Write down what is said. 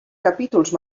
capítols